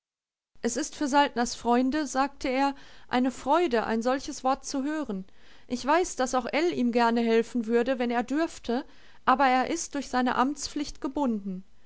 es ist für saltners freunde sagte er eine freude ein solches wort zu hören ich weiß daß auch ell ihm gerne helfen würde wenn er dürfte aber er ist durch seine amtspflicht gebunden